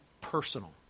personal